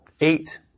eight